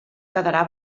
quedarà